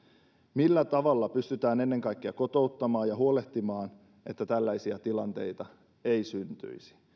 millä tavalla pystytään ennen kaikkea kotouttamaan ja huolehtimaan siitä että tällaisia tilanteita ei syntyisi